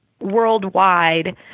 worldwide